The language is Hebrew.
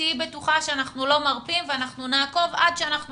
תהיי בטוחה שאנחנו לא מרפים ואנחנו נעקוב עד שאנחנו